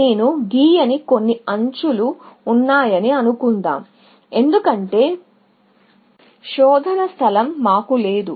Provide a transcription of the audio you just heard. నేను గీయని కొన్ని ఎడ్జ్ లు ఉన్నాయని అనుకుందాం ఎందుకంటే పేలుతున్న శోధన స్థలం మాకు లేదు